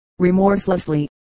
remorselessly